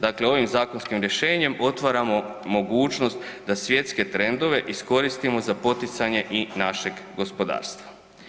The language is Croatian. Dakle, ovim zakonskim rješenjem otvaramo mogućnost da svjetske trendove iskoristimo za poticanje i našeg gospodarstva.